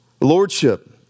Lordship